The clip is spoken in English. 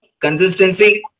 consistency